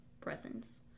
presence